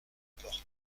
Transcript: porte